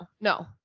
No